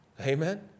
Amen